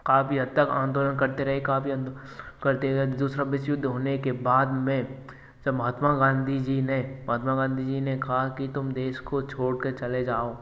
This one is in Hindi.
काफ़ी हद तक आंदोलन करते रहे काफ़ी हद करते गए दूसरा विश्व युद्ध होने के बाद में जब महात्मा गांधी जी ने महात्मा गांधी जी ने कहा कि तुम देश को छोड़ के चले जाओ